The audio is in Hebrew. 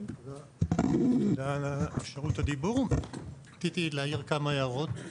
תודה על רשות הדיבור, רציתי להעיר כמה הערות,